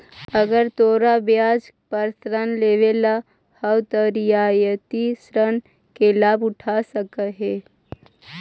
अगर तोरा कम ब्याज पर ऋण लेवेला हउ त रियायती ऋण के लाभ उठा सकऽ हें